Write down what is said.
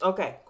Okay